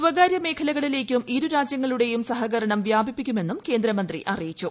സ്വകാര്യ മേഖലകളിലേക്കും ഇരു രാജ്യങ്ങളുടെയും സഹകരണം വ്യാപിപ്പിക്കുമെന്നും കേന്ദ്രമന്ത്രി അറിയിച്ചു